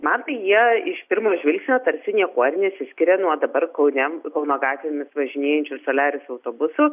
man tai jie iš pirmo žvilgsnio tarsi niekuo ir nesiskiria nuo dabar kaune kauno gatvėmis važinėjančių soliaris autobusų